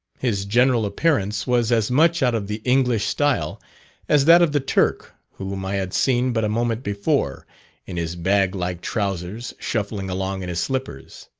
his general appearance was as much out of the english style as that of the turk whom i had seen but a moment before in his bag-like trousers, shuffling along in his slippers.